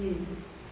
Yes